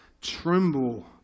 tremble